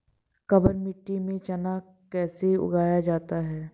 काबर मिट्टी में चना कैसे उगाया जाता है?